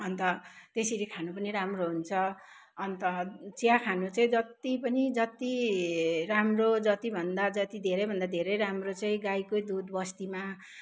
अन्त त्यसरी खानु पनि राम्रो हुन्छ अन्त चिया खानु चाहिँ जति पनि जति राम्रो जति भन्दा जति धेरै भन्दा धेरै राम्रो चाहिँ गाईकै दुध बस्तीमा